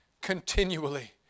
continually